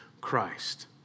Christ